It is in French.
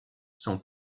son